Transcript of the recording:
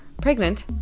pregnant